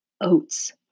Oats